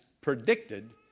predicted